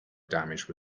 damage